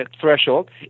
threshold